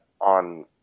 on